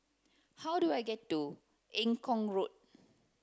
how do I get to Eng Kong Road